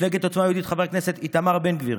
מפלגת עוצמה יהודית, חבר הכנסת איתמר בן גביר.